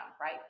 right